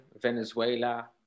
Venezuela